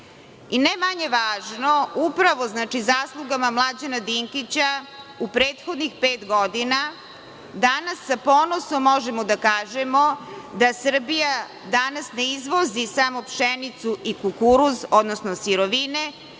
Ne manje važno, upravo zaslugama Mlađana Dinkića u prethodnih pet godina, danas s ponosom možemo da kažemo, da Srbija danas ne izvozi samo pšenicu i kukuruz, odnosno sirovine,